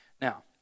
Now